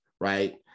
right